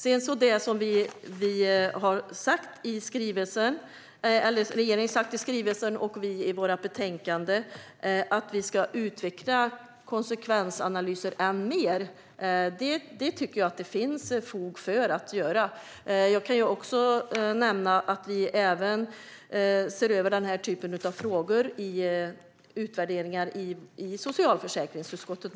Sedan har regeringen i skrivelsen och vi i vårt betänkande sagt att vi ska utveckla konsekvensanalyser än mer. Det tycker jag att det finns fog för att göra. Jag kan också nämna att vi även ser över den typen av frågor i utvärderingar i socialförsäkringsutskottet.